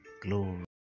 Glory